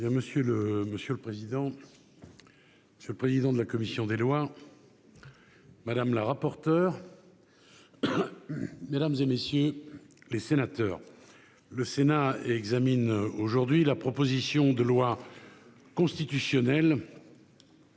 Monsieur le président, monsieur le président de la commission des lois, madame la rapporteure, mesdames, messieurs les sénateurs, le Sénat examine aujourd'hui la proposition de loi constitutionnelle